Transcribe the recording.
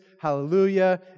Hallelujah